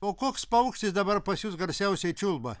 o koks paukštis dabar pas jus garsiausiai čiulba